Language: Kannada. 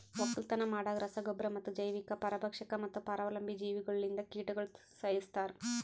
ಒಕ್ಕಲತನ ಮಾಡಾಗ್ ರಸ ಗೊಬ್ಬರ ಮತ್ತ ಜೈವಿಕ, ಪರಭಕ್ಷಕ ಮತ್ತ ಪರಾವಲಂಬಿ ಜೀವಿಗೊಳ್ಲಿಂದ್ ಕೀಟಗೊಳ್ ಸೈಸ್ತಾರ್